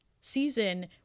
season